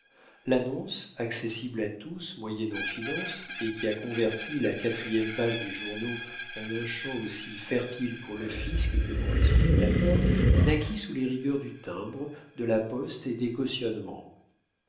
l'annonce accessible à tous moyennant finance et qui a converti la quatrième page des journaux en un champ aussi fertile pour le fisc que pour les spéculateurs naquit sous les rigueurs du timbre de la poste et